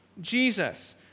Jesus